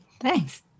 Thanks